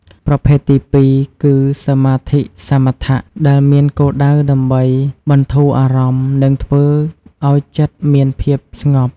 ប្រភេទទីពីរគឺ សមាធិសមថៈ ដែលមានគោលដៅដើម្បីបន្ធូរអារម្មណ៍និងធ្វើឱ្យចិត្តមានភាពស្ងប់។